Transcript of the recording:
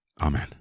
Amen